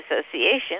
association